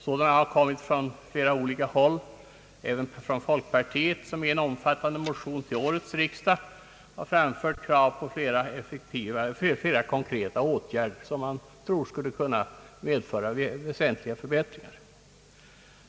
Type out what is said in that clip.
Sådana har kommit från flera olika håll — även från folkpartiet, som bl.a. i en omfattande motion till årets riksdag har framfört krav på flera konkreta åtgärder som man tror skulle kunna medföra väsentliga förbättringar.